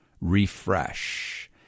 refresh